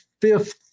fifth